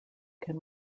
can